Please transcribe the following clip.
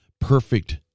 perfect